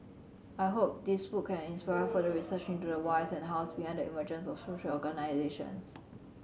I hope this book can inspire further research into the whys and the hows behind the emergence of social organisations